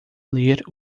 ler